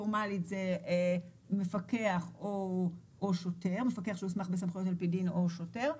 פורמלית מוסמכים להטיל קנסות מפקח שהוסמך בסמכויות על פי דין או שוטר.